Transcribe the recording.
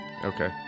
Okay